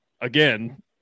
Again